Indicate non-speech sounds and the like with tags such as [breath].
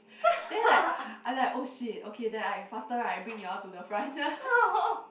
[breath] then like [breath] I like oh shit okay then I faster right bring you all to the front [laughs]